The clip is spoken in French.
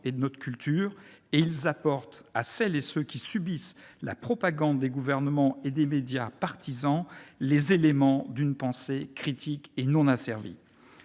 et de notre culture et apportent à celles et ceux qui subissent la propagande des gouvernements et des médias partisans les éléments d'une pensée critique et non asservie.